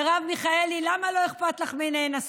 מרב מיכאלי, למה לא אכפת לך מנאנסות?